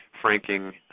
franking